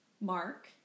Mark